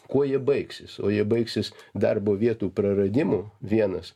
kuo jie baigsis o jie baigsis darbo vietų praradimu vienas